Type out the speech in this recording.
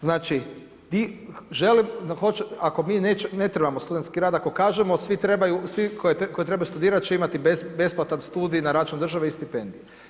Znači ako mi ne trebamo studentski rad, ako kažemo svi trebaju, svi koji trebaju studirati će imati besplatan studij na račun države i stipendije.